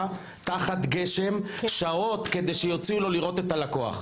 שעות תחת גשם כדי שיוציאו לו לראות את הלקוח.